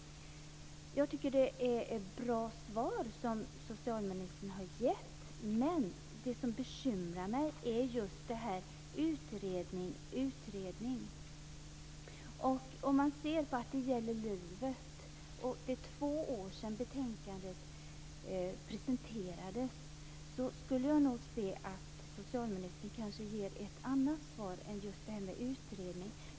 Jag tycker att det är ett bra svar som socialministern har gett, men det som bekymrar mig är talet om utredning. Om man ser till att det gäller livet och att det är två år sedan betänkandet presenterades, skulle jag nog gärna se att socialministern ger ett annat svar än just utredning.